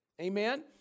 Amen